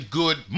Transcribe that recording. good